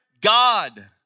God